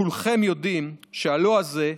כולכם יודעים שה"לא" הזה,